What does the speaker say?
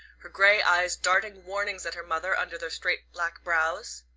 her grey eyes darting warnings at her mother under their straight black brows.